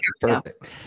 Perfect